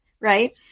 right